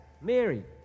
Mary